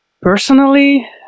Personally